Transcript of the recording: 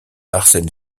arsène